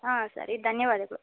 ಹಾಂ ಸರಿ ಧನ್ಯವಾದಗಳು